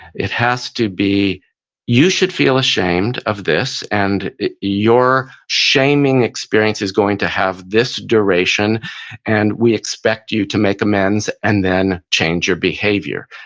it has to be you should feel ashamed of this and your shaming experience is going to have this duration and we expect you to make amends and then change your behavior.